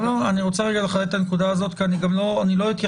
אני רוצה לחדד את השאלה הזאת ואני גם לא אתייחס